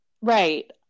Right